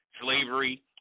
Slavery